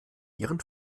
ihren